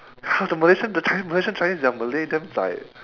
!huh! the malaysian the chinese malaysian chinese their malay damn zai eh